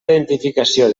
identificació